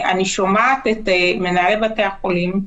אני שומעת את מנהלי בתי החולים.